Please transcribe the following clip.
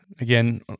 again